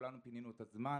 כולנו פינינו את הזמן.